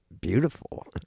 beautiful